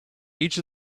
each